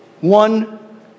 one